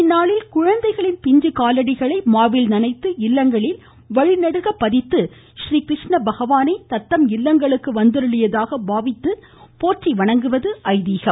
இந்நாளில் குழந்தைகளின் பிஞ்சு காலடிகளை மாவில் நனைத்து இல்லங்களில் வழிநெடுக பதித்து ஸீகிருஷ்ண பகவானே தத்தம் இல்லங்களுக்கு வந்தருளியதாக பாவித்து போற்றி வணங்குவது ஐதீகம்